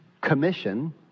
commission